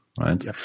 right